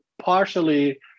partially